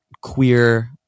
queer